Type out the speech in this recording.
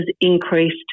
increased